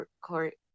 Court